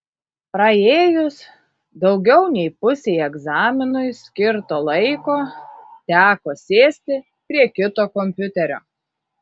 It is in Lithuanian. praėjus daugiau nei pusei egzaminui skirto laiko teko sėsti prie kito kompiuterio